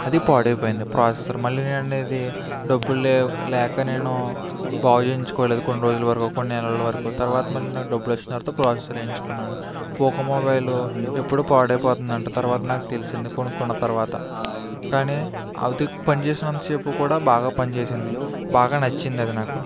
అది పాడైపోయింది ప్రాసెసర్ మళ్లీ నేననేది డబ్బులు లేవు లేక నేను బాగు చేయించుకోలేదు కొన్ని రోజుల వరకు కొన్ని నెలల వరకు తర్వాత మళ్లీ నాకు డబ్బులు వచ్చిన తర్వాత ప్రాసెసర్ వేయించుకున్నాను పొకో మొబైల్ ఎప్పుడు పాడైపోతుందంట తర్వాత నాకు తెలిసింది కొనుక్కున్న తర్వాత కానీ ఆ దిక్ పనిచేసినంత సేపు కూడా బాగా పని చేసింది బాగా నచ్చింది అది నాకు